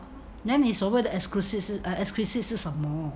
then 你所谓的 exquisite 是什么